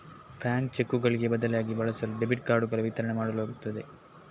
bank ಚೆಕ್ಕುಗಳಿಗೆ ಬದಲಿಯಾಗಿ ಬಳಸಲು ಡೆಬಿಟ್ ಕಾರ್ಡುಗಳ ವಿತರಣೆ ಮಾಡಲಾಗುತ್ತದೆ